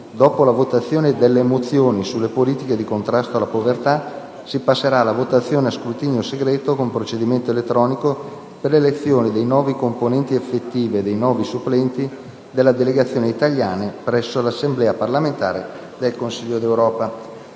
dopo la votazione delle mozioni sulle politiche di contrasto alla povertà si passerà alla votazione a scrutinio segreto con procedimento elettronico per l'elezione di nove componenti effettivi e di nove supplenti della delegazione italiana presso l'Assemblea parlamentare del Consiglio d'Europa.